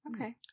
Okay